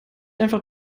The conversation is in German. einfach